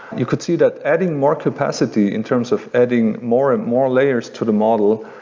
you could see that adding more capacity in terms of adding more and more layers to the model,